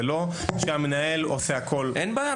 זה לא שהמנהל עושה את הכל --- אין בעיה,